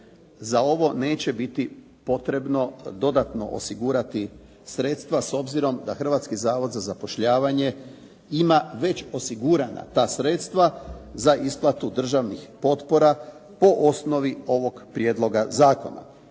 za ovo neće biti potrebno dodatno osigurati sredstva s obzirom da Hrvatski zavod za zapošljavanje ima već osigurana ta sredstva za isplatu državnih potpora po osnovi ovog prijedloga zakona.